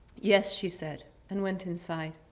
yes, she said and went inside.